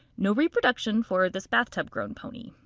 no reproduction for this bathtub-grown pony.